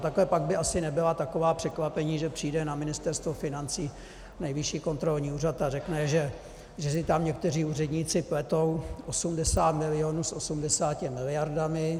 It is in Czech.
Takhle pak by asi nebyla taková překvapení, že přijde na Ministerstvo financí Nejvyšší kontrolní úřad a řekne, že si tam někteří úředníci pletou 80 milionů s 80 miliardami.